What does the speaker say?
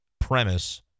premise